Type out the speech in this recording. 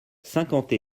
cinquante